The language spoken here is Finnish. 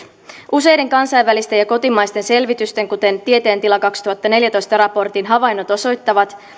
useiden kansainvälisten ja kotimaisten selvitysten kuten tieteen tila kaksituhattaneljätoista raportin havainnot osoittavat